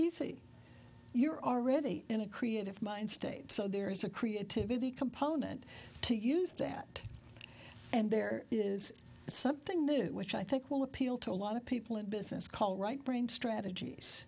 easy you're already in a creative mind state so there is a creativity component to use that and there is something new which i think will appeal to a lot of people in business call right brain strategies